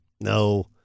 no